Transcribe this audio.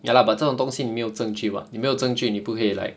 ya lah but 这种东西你没有证据 [what] 你没有证据你不可以 like